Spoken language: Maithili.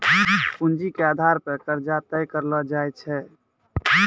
पूंजी के आधार पे कर्जा तय करलो जाय छै